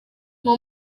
nko